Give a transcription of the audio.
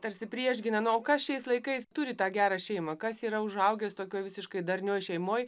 tarsi priešgyna na o kas šiais laikais turi tą gerą šeimą kas yra užaugęs tokioje visiškai darnioj šeimoj